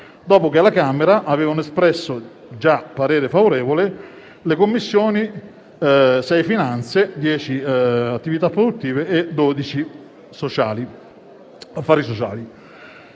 dopo che alla Camera avevano già espresso parere favorevole le Commissioni finanze, attività produttive e affari sociali.